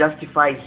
justify